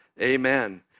Amen